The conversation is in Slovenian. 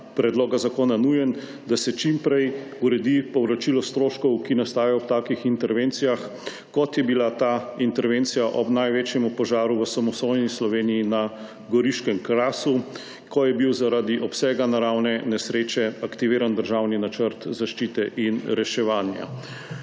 predloga zakona nujen, da se čim prej uredi povračilo stroškov, ki nastajajo ob takih intervencijah kot je bila ta intervencija ob največjem požaru v samostojni Sloveniji na goriškem Krasu, ko je bil zaradi obsega naravne nesreče aktiviran državni načrt zaščite in reševanja.